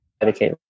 dedicate